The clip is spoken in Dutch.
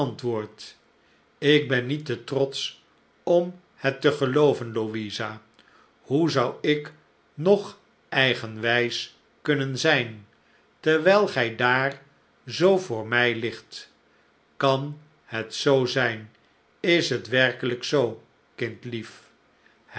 ik ben niet te trotsch om het te gelooven louisa hoe zou ik nog eigenwijs kunnen zijn terwijl gij daar zoo voor mij ligt kan het zoo zijn is net werkelijk zoo